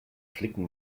flicken